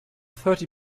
thirty